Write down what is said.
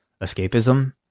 escapism